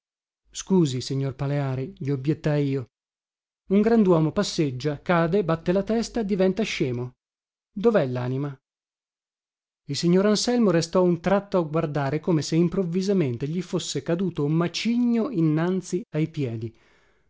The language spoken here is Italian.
scusi signor paleari gli obbiettai io un granduomo passeggia cade batte la testa diventa scemo dovè lanima il signor anselmo restò un tratto a guardare come se improvvisamente gli fosse caduto un macigno innanzi ai piedi